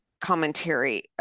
commentary